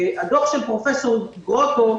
הדוח של פרופ' גרוטו,